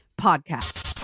podcast